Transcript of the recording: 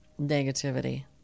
negativity